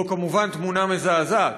זו כמובן תמונה מזעזעת.